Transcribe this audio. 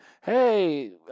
hey